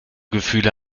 gefühle